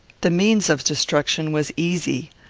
the means of destruction was easy.